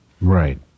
right